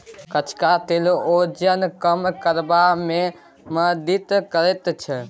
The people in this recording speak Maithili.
कचका तेल ओजन कम करबा मे मदति करैत छै